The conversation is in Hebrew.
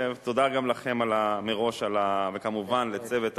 תודה גם לכם מראש, וכמובן לצוות הוועדה,